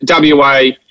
WA